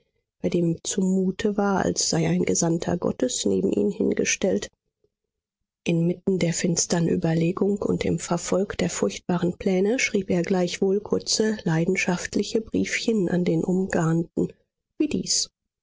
bei dem ihm zumute war als sei ein gesandter gottes neben ihn hingestellt inmitten der finstern überlegung und im verfolg der furchtbaren pläne schrieb er gleichwohl kurze leidenschaftliche briefchen an den umgarnten wie dies